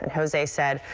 jose said,